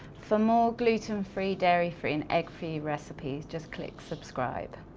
for more gluten-free, dairy-free, and egg-free recipes, just click subscribe.